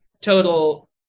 total